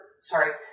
sorry